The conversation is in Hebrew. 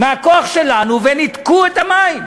מהכוח שלנו, וניתקו את המים.